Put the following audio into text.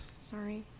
Sorry